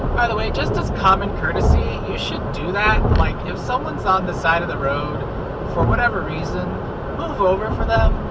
by the way, just as common courtesy you should do that. like, if someone's on the side of the road for whatever reason move over for them.